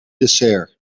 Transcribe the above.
dessert